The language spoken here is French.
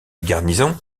garnison